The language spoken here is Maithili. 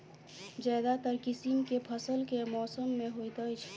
ज्यादातर किसिम केँ फसल केँ मौसम मे होइत अछि?